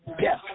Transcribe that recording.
death